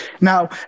Now